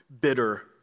bitter